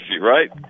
right